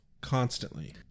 constantly